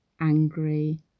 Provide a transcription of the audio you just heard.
angry